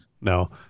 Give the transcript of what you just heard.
no